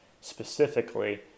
specifically